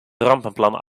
rampenplan